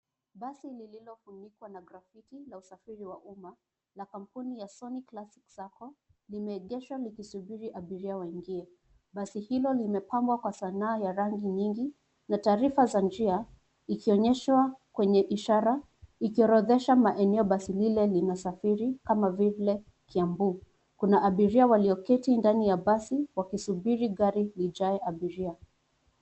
Basi ililofunikwa na grafiti la usafiri wa umma na kampuni ya[ sonic classic sacco ]imeegeshwa ikisubiri abiria waingie. Basi hilo limepambwa kwa sanaa ya rangi nyingi na taarifa za njia ikionyeshwa kwenye ishara, ikirodhesha maeneo basi lile linasafiri kama vile kiambu kuna abiria walioketi ndani ya basi wakisubiri gari ijae abiria.